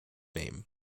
name